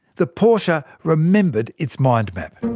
the portia remembered its mind map.